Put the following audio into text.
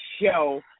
show